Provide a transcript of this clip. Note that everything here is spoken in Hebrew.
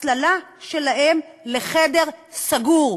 הסללה שלהם לחדר סגור,